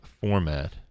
format